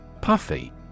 Puffy